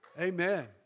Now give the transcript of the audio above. Amen